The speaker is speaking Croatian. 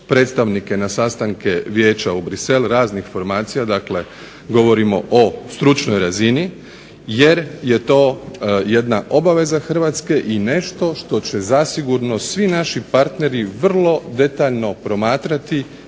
predstavnike na sastanke Vijeća u Bruxelles raznih formacija, dakle govorimo o stručnoj razini jer je to jedna obaveza Hrvatske i nešto što će zasigurno svi naši partneri vrlo detaljno promatrati